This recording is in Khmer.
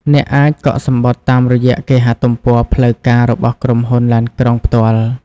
អ្នកអាច កក់សំបុត្រតាមរយៈគេហទំព័រផ្លូវការរបស់ក្រុមហ៊ុនឡានក្រុង ផ្ទាល់។